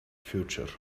future